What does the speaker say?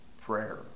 Prayer